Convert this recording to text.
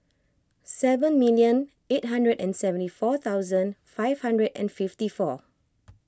seven million eight hundred and seventy four thousand five hundred and fifty four